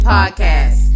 Podcast